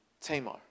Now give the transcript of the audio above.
Tamar